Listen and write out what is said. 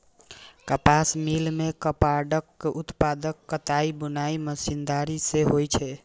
कपास मिल मे कपड़ाक उत्पादन कताइ बुनाइ मशीनरी सं होइ छै